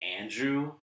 Andrew